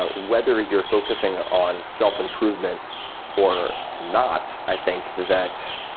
but whether you're focusing on self-improvement or not, i think that